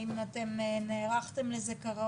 אני לא יודעת אם נערכתם לזה כראוי,